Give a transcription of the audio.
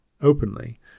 openly